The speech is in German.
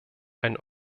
ein